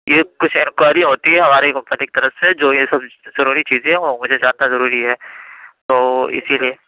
یہ کچھ انکوائری ہوتی ہے ہماری کمپنی کی طرف سے جو یہ سب ضروری چیزیں ہیں وہ مجھے جاننا ضروری ہے تو اِسی لیے